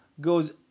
goes